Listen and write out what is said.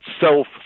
self